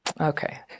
Okay